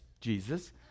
Jesus